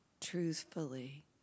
truthfully